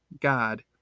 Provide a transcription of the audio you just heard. God